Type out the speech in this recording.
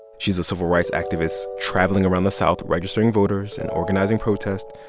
she's a civil rights activist traveling around the south registering voters and organizing protests.